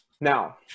Now